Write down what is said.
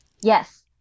Yes